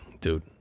dude